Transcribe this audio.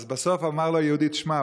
אז בסוף אמר לו היהודי: שמע,